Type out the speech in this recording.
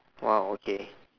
!wow! okay